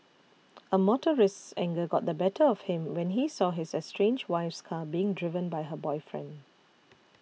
a motorist's anger got the better of him when he saw his estranged wife's car being driven by her boyfriend